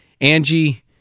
Angie